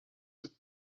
with